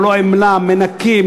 ללא עמלה: מנקות,